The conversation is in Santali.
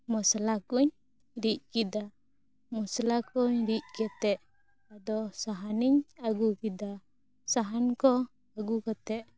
ᱢᱟᱥᱟᱞᱟ ᱠᱩᱧ ᱨᱤᱫ ᱠᱮᱫᱟ ᱢᱚᱥ ᱞᱟ ᱠᱚᱧ ᱨᱤᱫ ᱠᱟᱛᱮᱫ ᱟᱫᱚ ᱥᱟᱦᱟᱱᱤᱧ ᱟᱹᱜᱩ ᱠᱮᱫᱟ ᱥᱟᱦᱟᱱ ᱠᱚ ᱟᱹᱜᱩ ᱠᱟᱛᱮᱫ